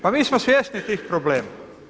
Pa mi smo svjesni tih problema.